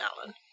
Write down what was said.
Alan